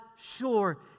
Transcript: sure